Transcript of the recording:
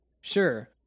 sure